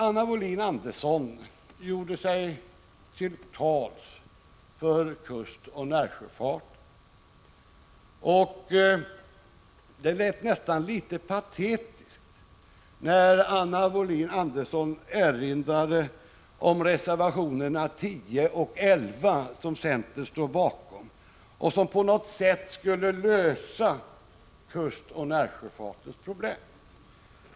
Anna Wohlin-Andersson gjorde sig till tolk för kustoch närsjöfartens intressen. Det lät nästan litet patetiskt när hon erinrade om reservationerna 10 och 11, som centern står bakom och som på något sätt skulle lösa kustoch närsjöfartens problem.